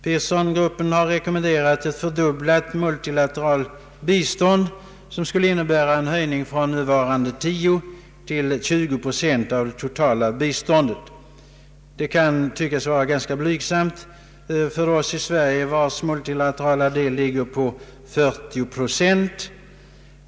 Pearsongruppen har rekommenderat ett fördubblat multilateralt bistånd, som skulle innebära en höjning från nuvarande 10 till 20 procent av det totala biståndet. Det kan tyckas vara ganska blygsamt för oss i Sverige, vars multilaterala del är omkring 40 procent.